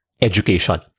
education